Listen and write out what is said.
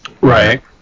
Right